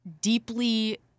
deeply